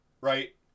right